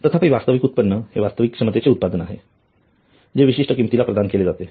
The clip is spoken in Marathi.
तथापि वास्तविक उत्पन्न हे वास्तविक क्षमतेचे उत्पादन आहे जे विशिष्ट किमतीला प्रदान केले जाते